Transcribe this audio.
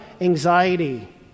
anxiety